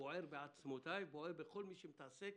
בוער בעצמותיי, בוער בכל מי שמתעסק